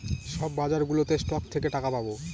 সব বাজারগুলোতে স্টক থেকে টাকা পাবো